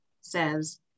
says